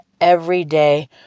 everyday